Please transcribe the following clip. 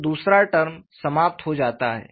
तो दूसरा टर्म समाप्त हो जाता है